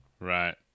Right